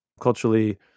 culturally